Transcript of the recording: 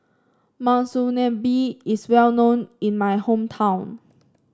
Monsunabe is well known in my hometown